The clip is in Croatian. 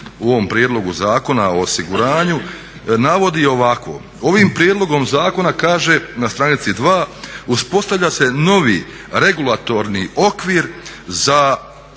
u ovom prijedlogu Zakona o osiguranju navodi ovako, ovim prijedlogom zakona kaže na str. 2. uspostavlja se novi regulatorni okvir za osiguravateljnu